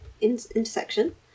intersection